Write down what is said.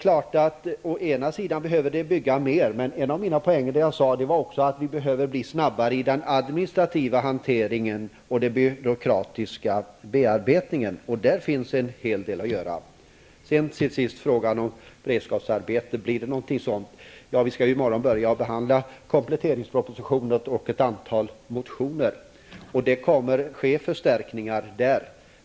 Vi behöver bygga mer, men en av poängerna i det jag sade var att vi behöver bli snabbare i den administrativa hanteringen och den byråkratiska bearbetningen. Där finns en hel del att göra. Lars-Ove Hagberg undrar också om det blir några beredskapsarbeten. I morgon börjar behandlingen av kompletteringspropositionen och ett antal motioner. Det kommer att bli förstärkningar.